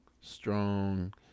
strong